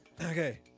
Okay